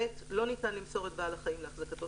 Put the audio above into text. (ב) לא ניתן למסור את בעל החיים להחזקתו